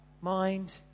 mind